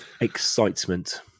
excitement